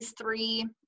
three